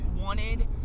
wanted